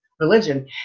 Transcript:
religion